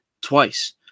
twice